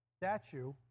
statue